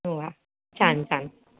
वा छान छान